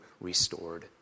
restored